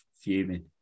fuming